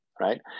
Right